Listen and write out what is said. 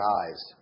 eyes